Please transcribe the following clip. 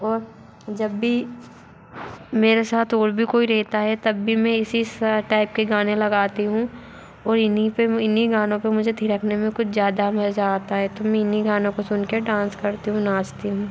और जब भी मेरे साथ और भी कोई रहता है तब भी मैं इसी टाइप के गाने लगाती हूँ और इन्हीं पे मे इन्हीं गानों पे मुझे थिरकने में कुछ ज़्यादा मज़ा आता है तो मैं इन्हीं गानों को सुन के डांस करती हूँ नाचती हूँ